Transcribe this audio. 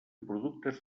productes